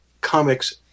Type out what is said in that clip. comics